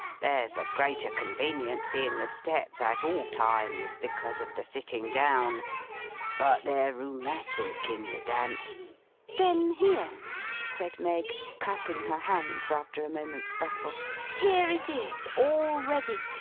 there's a greater conveniency in the steps at all times, because of the sitting down but they're rheumatic in the damp then here said meg, clapping her hands, after a moment's bustle here it is, all ready!